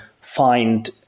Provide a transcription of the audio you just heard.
find